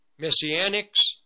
Messianics